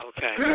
Okay